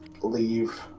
leave